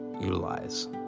utilize